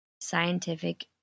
scientific